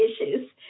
issues